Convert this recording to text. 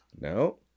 No